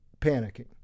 panicking